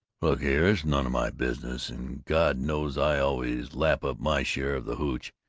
look here, it's none of my business, and god knows i always lap up my share of the hootch,